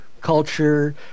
culture